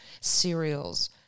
cereals